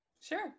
Sure